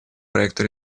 проекту